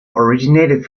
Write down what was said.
originated